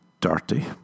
dirty